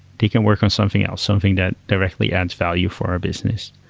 they can work on something else, something that directly ads value for a business.